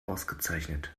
ausgezeichnet